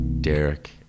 derek